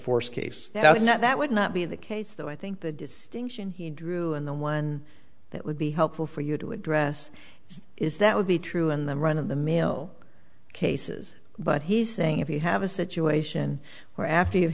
not that would not be the case though i think the distinction he drew in the one that would be helpful for you to address is that would be true in the run of the mill cases but he's saying if you have a situation where after you